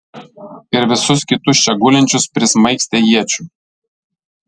ir visus kitus čia gulinčius prismaigstė iečių